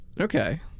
Okay